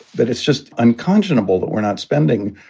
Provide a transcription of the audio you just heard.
that it's just unconscionable that we're not spending,